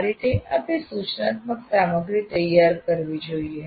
આ રીતે આપે સૂચનાત્મક સામગ્રી તૈયાર કરવી જોઈએ